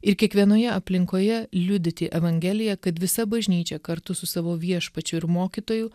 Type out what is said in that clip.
ir kiekvienoje aplinkoje liudyti evangeliją kad visa bažnyčia kartu su savo viešpačiu ir mokytoju